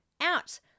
out